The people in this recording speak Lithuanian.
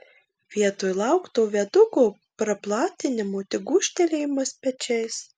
vietoj laukto viaduko praplatinimo tik gūžtelėjimas pečiais